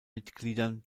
mitgliedern